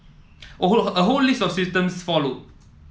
a whole a whole list of symptoms followed